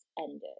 ended